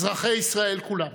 אזרחי ישראל כולם.